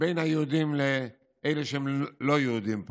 בין היהודים לאלה שלא יהודים פה.